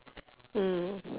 mm